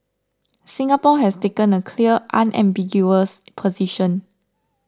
Singapore has taken a clear unambiguous position